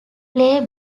play